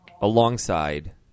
alongside